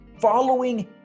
following